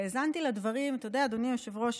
האזנתי לדברים, ואתה יודע, אדוני היושב-ראש,